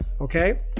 okay